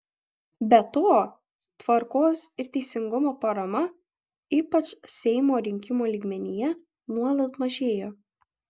be to tvarkos ir teisingumo parama ypač seimo rinkimų lygmenyje nuolat mažėjo